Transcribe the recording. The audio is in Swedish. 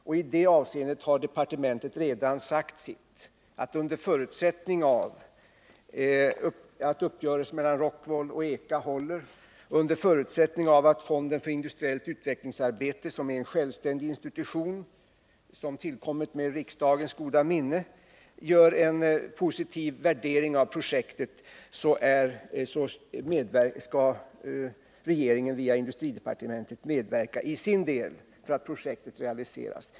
Och i det avseendet har departementet redan sagt sitt: under förutsättning att uppgörelsen mellan Rockwool och EKA håller och att fonden för industriellt utvecklingsarbete — som är en självständig institution som tillkommit med riksdagens goda minne — gör en positiv värdering av projektet skall regeringen via industridepartementet medverka i sin del för att projektet skall kunna realiseras.